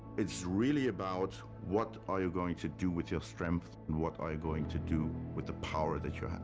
it's really about what are you going to do with your strength, and what are you going to do with the power that you